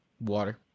Water